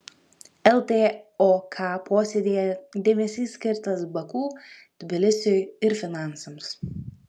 ltok posėdyje dėmesys skirtas baku tbilisiui ir finansams